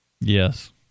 Yes